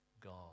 God